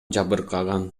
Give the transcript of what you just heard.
жабыркаган